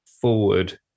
forward